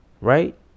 Right